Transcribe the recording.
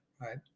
right